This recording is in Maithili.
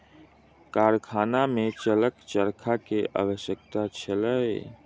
कारखाना में जलक चरखा के आवश्यकता छल